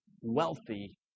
wealthy